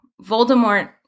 Voldemort